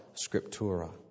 Scriptura